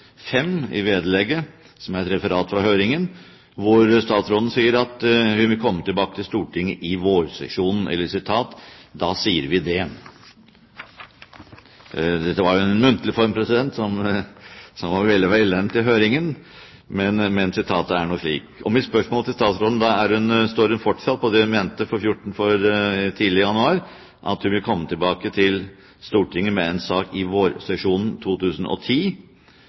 i vedlegget, som er et referat fra høringen, hvor statsråden sier at hun vil komme tilbake til Stortinget i vårsesjonen, eller: «Da sier vi det.» Dette var jo en muntlig form, som var velegnet i høringen, men sitatet er nå slik. Mitt spørsmål til statsråden er: Står hun fortsatt på det hun mente tidlig i januar, at hun vil komme tilbake til Stortinget med en sak i vårsesjonen 2010?